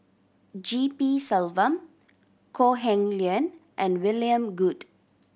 G P Selvam Kok Heng Leun and William Goode